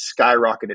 skyrocketed